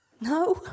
No